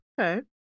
Okay